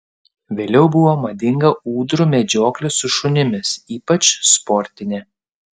vėliau buvo madinga ūdrų medžioklė su šunimis ypač sportinė